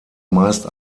meist